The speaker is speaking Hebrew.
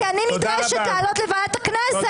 כי אני נדרשת לעלות לוועדת הכנסת,